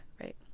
right